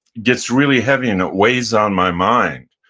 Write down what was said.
gets really heavy, and it weighs on my mind.